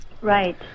Right